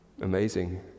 amazing